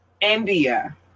India